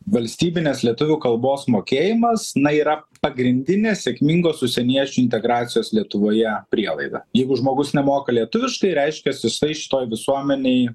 valstybinės lietuvių kalbos mokėjimas na yra pagrindinė sėkmingos užsieniečių integracijos lietuvoje prielaida jeigu žmogus nemoka lietuviškai reiškias jisai šitoj visuomenėj